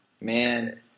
Man